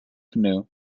canoe